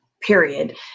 period